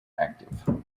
active